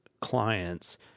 clients